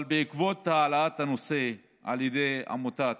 אבל בעקבות העלאת הנושא על ידי עמותת